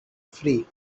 free